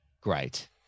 great